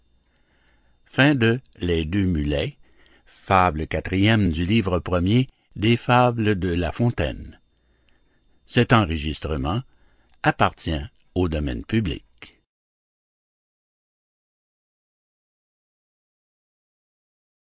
de la fontaine